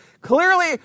Clearly